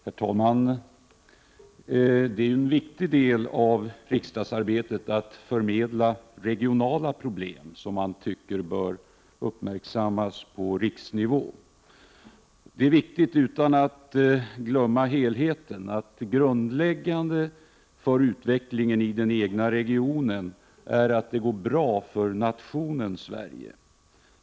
Herr talman! En viktig del av riksdagsarbetet består i att förmedla de regionala problem som man tycker bör uppmärksammas på riksnivå. Det är viktigt, men man får för den skull inte glömma helheten. Grundläggande för utvecklingen i den egna regionen är ju att det går bra för nationen Sverige.